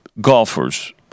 golfers